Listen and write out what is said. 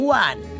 one